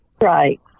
Right